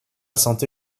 santé